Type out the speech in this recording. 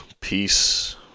peace